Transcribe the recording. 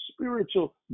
spiritual